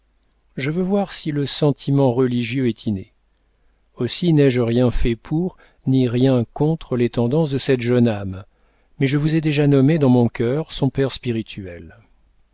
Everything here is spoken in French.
je veux voir si le sentiment religieux est inné aussi n'ai-je rien fait pour ni rien contre les tendances de cette jeune âme mais je vous ai déjà nommé dans mon cœur son père spirituel